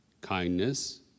kindness